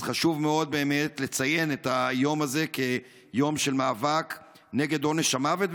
חשוב מאוד באמת לציין את היום הזה כיום של מאבק נגד עונש המוות.